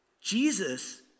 Jesus